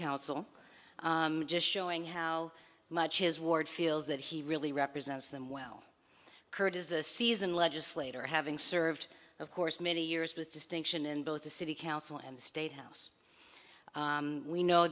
council just showing how much his ward feels that he really represents them well kurt is a seasoned legislator having served of course many years with distinction in both the city council and the state house we know